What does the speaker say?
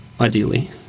ideally